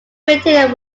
retained